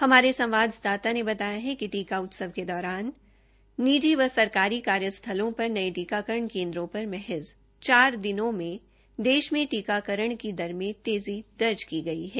हमारे संवाददाता ने बताया कि टीका उत्सव के दौरान निजी व सरकारी कार्यस्थलों पर नये टीकाकरण केन्द्रों पर महज चार दिनों में देश में टीकाकरण की दर तेज़ी दर्ज की गई है